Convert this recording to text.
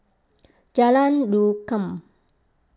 Jalan Rukam